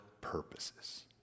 purposes